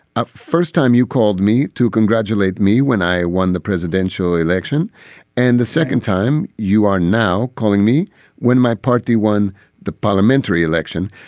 a first time you called me to congratulate me when i won the presidential election and the second time you are now calling me when my party won the parliamentary election.